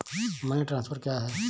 Money transfer क्या है?